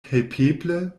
helpeble